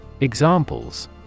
Examples